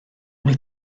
mae